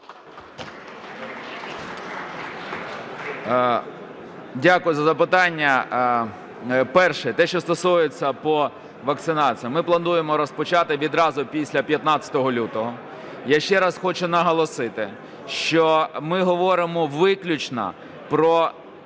Дякую за запитання. Перше. Те, що стосується по вакцинації, ми плануємо розпочати відразу після 15 лютого. Я ще раз хочу наголосити, що ми говоримо виключно про вакцинацію